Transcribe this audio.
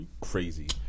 Crazy